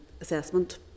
assessment